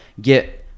Get